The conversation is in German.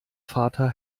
vater